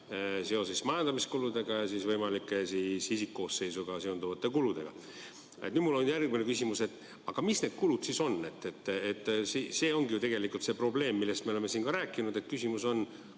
seoses majandamiskuludega ja võimalike isikkoosseisuga seonduvate kuludega. Nüüd on mul järgmine küsimus. Aga mis need kulud siis on? See ongi ju tegelikult see probleem, millest me oleme siin ka rääkinud. Küsimus on,